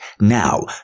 Now